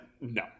No